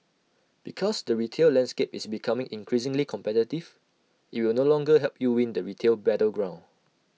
because the retail landscape is becoming increasingly competitive IT will no longer help you win the retail battleground